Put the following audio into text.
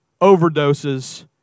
overdoses